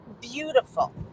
beautiful